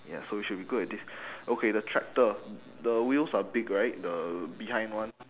ya so you should be good at this okay the tractor the wheels are big right the behind one